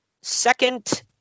second